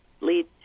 lead